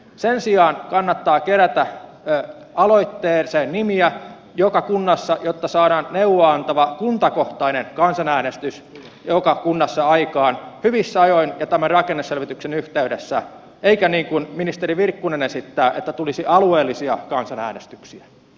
sen sijaan kannattaa kerätä aloitteeseen nimiä joka kunnassa jotta saadaan neuvoa antava kuntakohtainen kansanäänestys joka kunnassa aikaan hyvissä ajoin ja tämän rakenneselvityksen yhteydessä eikä niin kuin ministeri virkkunen esittää että tulisi alueellisia kansanäänestyksiä